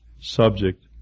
subject